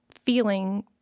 feeling